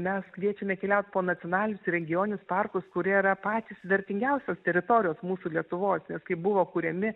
mes kviečiame keliaut po nacionalinius regioninius parkus kurie yra patys vertingiausios teritorijos mūsų lietuvos ir kaip buvo kuriami